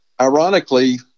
Ironically